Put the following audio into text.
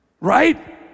right